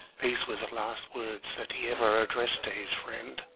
these were the last words that he ever addressed to his friend,